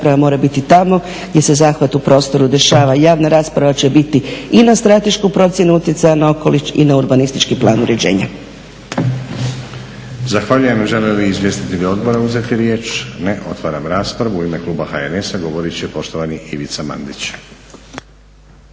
rasprava mora biti tamo gdje se zahvat u prostoru dešava, javna rasprava će biti i na stratešku procjenu utjecaja na okoliš i na urbanistički plan uređenja. **Stazić, Nenad (SDP)** Zahvaljujem. Žele li izvjestitelji odbora uzeti riječ? Ne. Otvaram raspravu. I ime kluba HNS-a govorit će poštovani Ivica Mandić.